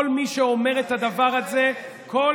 כל מי שאומר את הדבר הזה, האמת כואבת.